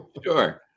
Sure